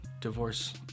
Divorce